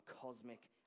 cosmic